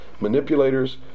manipulators